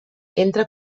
entre